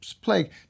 plague